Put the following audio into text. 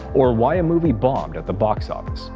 or why a movie bombed at the box office.